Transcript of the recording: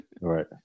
Right